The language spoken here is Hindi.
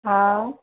हाँ